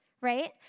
right